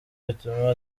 bituma